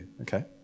Okay